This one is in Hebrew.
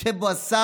יושב פה השר,